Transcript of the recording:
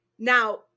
Now